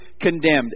condemned